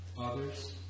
others